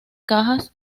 cajas